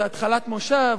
זו התחלת מושב,